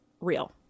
real